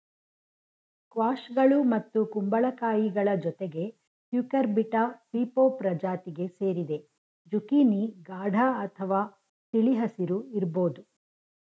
ಸ್ಕ್ವಾಷ್ಗಳು ಮತ್ತು ಕುಂಬಳಕಾಯಿಗಳ ಜೊತೆಗೆ ಕ್ಯೂಕರ್ಬಿಟಾ ಪೀಪೊ ಪ್ರಜಾತಿಗೆ ಸೇರಿದೆ ಜುಕೀನಿ ಗಾಢ ಅಥವಾ ತಿಳಿ ಹಸಿರು ಇರ್ಬೋದು